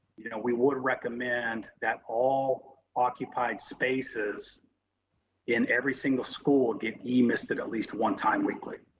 you know, we would recommend that all occupied spaces in every single school get emisted at least one time weekly.